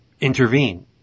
intervene